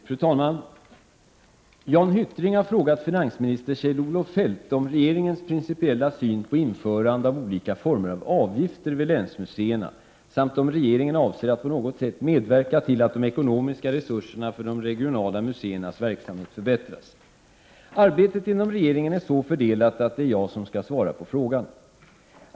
Fru talman! Jan Hyttring har frågat finansminister Kjell-Olof Feldt om regeringens principiella syn på införande av olika former av avgifter vid länsmuseerna samt om regeringen avser att på något sätt medverka till att de ekonomiska resurserna för de regionala museernas verksamhet förbättras. Arbetet inom regeringen är så fördelat att det är jag som skall svara på frågan.